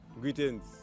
greetings